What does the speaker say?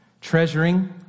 Treasuring